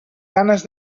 ganes